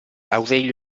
aurelio